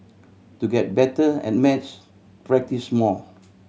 to get better at maths practise more